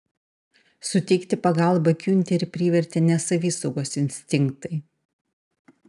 suteikti pagalbą giunterį privertė ne savisaugos instinktai